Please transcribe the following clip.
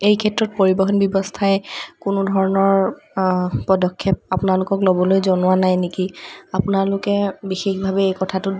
এইক্ষেত্ৰত পৰিবহণ ব্যৱস্থাই কোনো ধৰণৰ প্ৰদক্ষেপ আপোনালোকক ল'বলৈ জনোৱা নাই নেকি আপোনালোকে বিশেষভাৱে এই কথাটোত